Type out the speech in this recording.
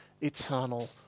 eternal